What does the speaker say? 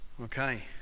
Okay